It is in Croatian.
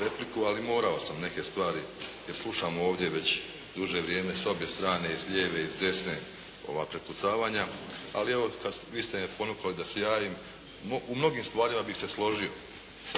ali morao sam neke stvari jer slušam ovdje već duže vrijeme s obje strane i s lijeve i s desne ova prepucavanja. Ali evo vi ste me ponukali da se javim. U mnogim stvarima bi se složio